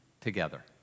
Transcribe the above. together